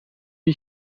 wie